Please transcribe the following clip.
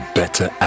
better